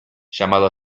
llamado